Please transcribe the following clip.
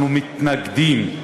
אנחנו מתנגדים.